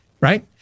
Right